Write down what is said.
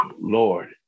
Lord